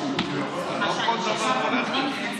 יקירי.